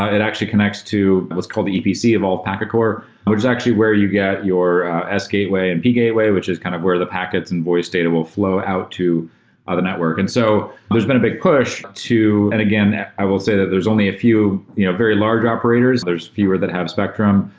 ah it actually connects to what's called the epc, evolved packet core, which is actually where you get your s gateway and p gateway which is kind of where the packets and voice data will flow out to ah the network. and so there's been a big push to again, i will say that there's only a few you know very large operators. there's fewer that have spectrum,